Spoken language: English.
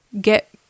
get